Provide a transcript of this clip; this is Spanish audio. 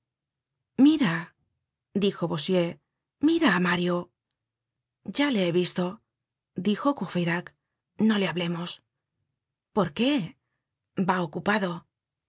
mira dijo bossuet mira á mario ya le he visto dijo courfeyrac no le hablemos por qué va ocupado